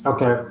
Okay